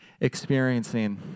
experiencing